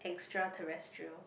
extra terrestrial